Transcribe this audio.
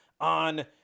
on